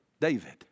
david